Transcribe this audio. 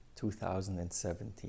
2017